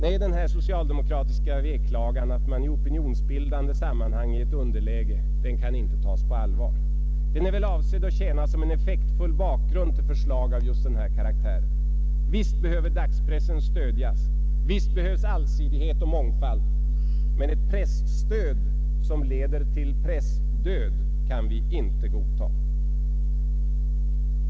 Nej, denna socialdemokratiska beklagan över att man i opinionsbildande sammanhang är i ett underläge kan inte tas på allvar. Den är väl avsedd att tjäna som en effektfull bakgrund till förslag av just den här karaktären. Visst behöver dagspressen stödjas, visst behövs allsidighet och mångfald, men ett presstöd som leder till pressdöd kan vi inte godta.